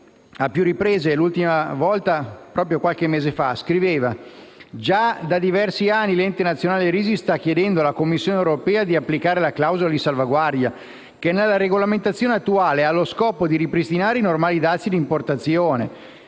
a più riprese e l'ultima volta qualche mese fa, ha scritto che già da diversi anni l'Ente nazionale risi sta chiedendo alla Commissione europea di applicare la clausola di salvaguardia, che nella regolamentazione attuale ha lo scopo di ripristinare i normali dazi di importazione;